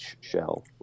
shell